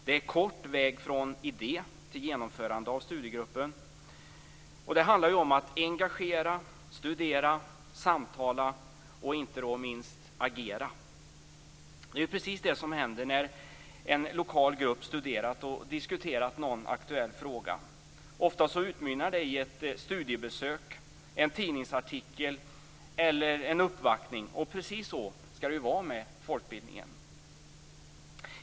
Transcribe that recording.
Det är kort väg från idé till genomförande av studiegruppen. Det handlar om att engagera, studera, samtala och inte minst agera. Det är ju precis det som händer när en lokal grupp studerat och diskuterat någon aktuell fråga. Ofta utmynnar det i ett studiebesök, en tidningsartikel eller en uppvaktning, och precis så skall det vara med folkbildningen.